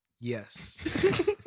Yes